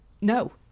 no